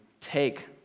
take